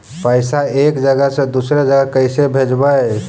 पैसा एक जगह से दुसरे जगह कैसे भेजवय?